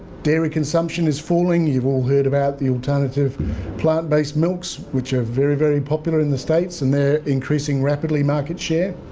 dairy consumption is falling. you've all heard about the alternative plant-based milks which are very very popular in the states and they're increasing rapidly in market share,